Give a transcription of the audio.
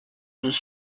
nous